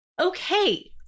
Okay